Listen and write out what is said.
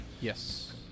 Yes